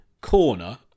corner